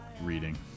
reading